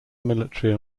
military